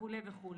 וכולי וכולי.